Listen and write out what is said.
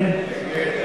מטה בארץ,